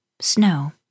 Snow